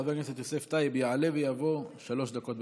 חבר הכנסת יוסף טייב יעלה ויבוא, שלוש דקות,